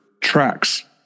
tracks